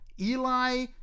eli